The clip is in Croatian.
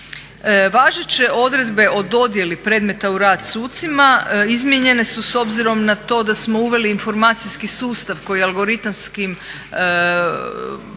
Važeće odredbe o dodjeli predmeta u rad sucima izmijenjene su s obzirom na to da smo uveli informacijski sustav kojim algoritamskim